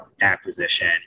acquisition